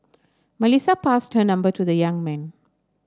Melissa passed her number to the young man